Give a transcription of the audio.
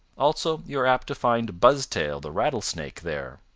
also you are apt to find buzztail the rattlesnake there.